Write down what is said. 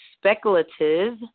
Speculative